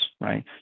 right